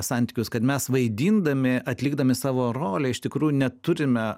santykius kad mes vaidindami atlikdami savo rolę iš tikrųjų neturime